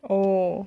oh